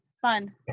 Fun